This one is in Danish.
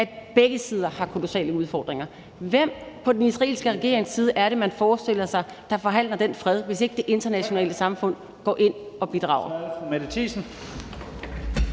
at begge sider har kolossale udfordringer. Hvem på den israelske regerings side er det, man forestiller sig forhandler den fred, hvis ikke det internationale samfund går ind og bidrager?